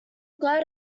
glad